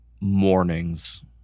mornings